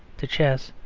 to chess,